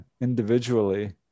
individually